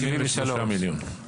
773 מיליון.